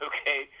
okay